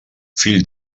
fill